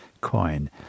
coin